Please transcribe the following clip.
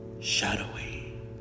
shadowy